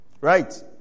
Right